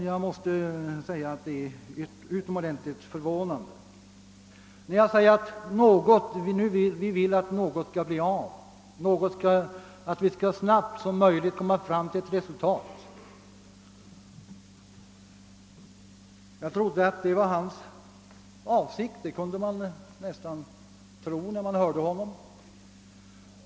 Jag sade att vi vill att något skall bli av, att vi så snart som möjligt skall uppnå ett resultat. Jag trodde att detta även var hans åsikt — det kunde man nästan tro när man hörde honom.